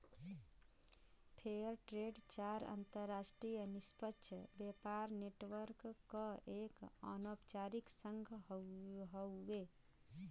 fair trade चार अंतरराष्ट्रीय निष्पक्ष व्यापार नेटवर्क क एक अनौपचारिक संघ हउवे